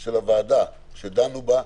של הוועדה שדנו בו,